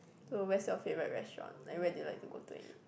so where's your favourite restaurant like where do you like to go to and eat